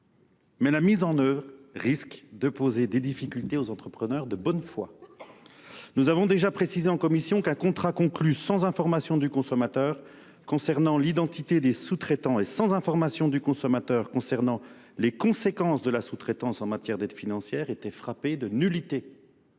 Mais la mise en œuvre risque de poser des difficultés aux entrepreneurs de bonne foi. Nous avons déjà précisé en commission qu'un contrat conclu sans information du consommateur concernant l'identité des sous-traitants et sans information du consommateur concernant les conséquences de la sous-traitance en matière d'aide financière était frappé de nullité.